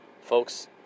Folks